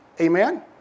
Amen